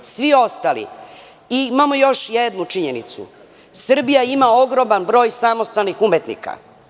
Imamo još jednu činjenicu, Srbija ima ogroman broj samostalnih umetnika.